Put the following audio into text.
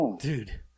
dude